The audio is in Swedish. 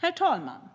Herr talman!